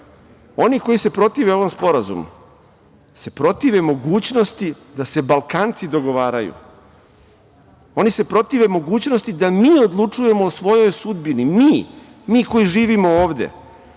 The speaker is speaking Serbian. Oni koji se protive ovom sporazumu se protive mogućnosti da se Balkanci dogovaraju. Oni se protive mogućnosti da mi odlučujemo o svojoj sudbini, mi, mi koji živimo ovde.